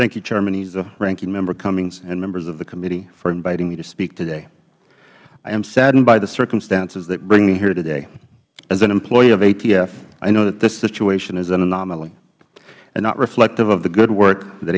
thank you chairman issa ranking member cummings and members of the committee for inviting me to speak today i am saddened by the circumstances that bring me here today as an employee of atf i know that this situation is an anomaly and not reflective of the good work that